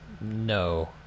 no